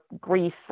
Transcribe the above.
grief